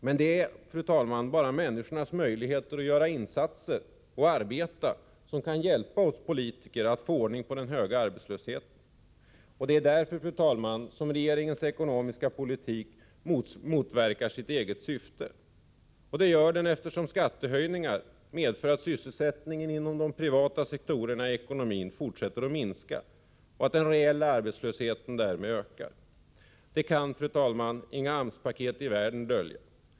Det är, fru talman, bara människornas möjligheter att göra insatser och arbeta som kan hjälpa oss politiker att få ordning på den höga arbetslösheten. Och det är därför som regeringens ekonomiska politik motverkar sitt eget syfte. Det gör den eftersom skattehöjningarna medför att sysselsättningen inom de privata sektorerna inom ekonomin fortsätter att minska och den reella arbetslösheten därmed ökar. Det kan inga AMS-paket i världen dölja.